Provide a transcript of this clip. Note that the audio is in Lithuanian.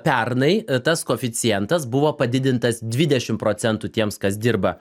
pernai tas koeficientas buvo padidintas dvidešimt procentų tiems kas dirba